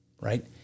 Right